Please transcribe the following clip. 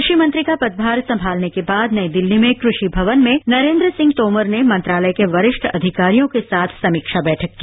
क्रवि मंत्री का पदभार संभालने के बाद नई दिल्ली में क्रवि भवन में नरेद सिंह तोमर ने मंत्रालय के वरिष्ठ अधिकारियों के साथ समीक्षा बैठक की